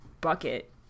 bucket